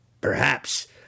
Perhaps